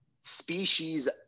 species